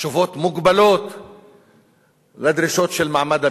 תשובות מוגבלות לדרישות של מעמד הביניים,